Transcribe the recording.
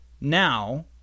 now